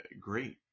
great